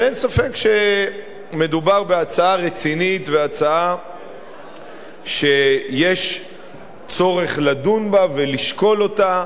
ואין ספק שמדובר בהצעה רצינית והצעה שיש צורך לדון בה ולשקול אותה